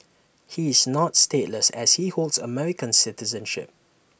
he is not stateless as he holds American citizenship